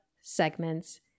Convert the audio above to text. segments